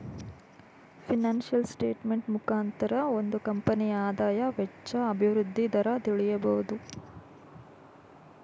financial statement ಮುಖಾಂತರ ಒಂದು ಕಂಪನಿಯ ಆದಾಯ, ವೆಚ್ಚ, ಅಭಿವೃದ್ಧಿ ದರ ತಿಳಿಬೋದು